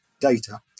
data